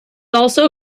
also